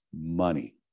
money